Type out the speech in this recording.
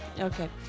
okay